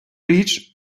річ